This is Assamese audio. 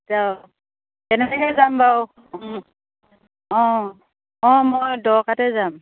এতিয়া কেনেকৈ যাম বাৰু অঁ অঁ মই দৰকাৰতে যাম